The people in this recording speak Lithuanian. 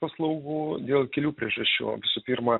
paslaugų dėl kelių priežasčių visų pirma